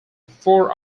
four